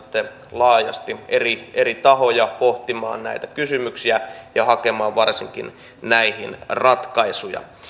laajasti eri eri tahoja pohtimaan näitä kysymyksiä ja varsinkin hakemaan näihin ratkaisuja